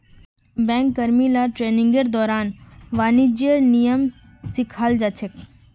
bank कर्मि ला ट्रेनिंगेर दौरान वाणिज्येर नियम सिखाल जा छेक